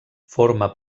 forma